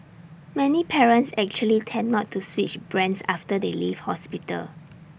many parents actually tend not to switch brands after they leave hospital